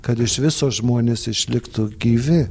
kad iš viso žmonės išliktų gyvi